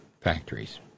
factories